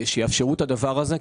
שיאפשרו את הדבר הזה,